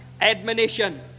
admonition